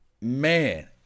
man